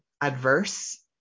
adverse